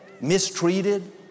mistreated